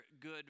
Good